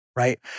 right